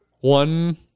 One